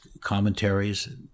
commentaries